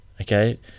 okay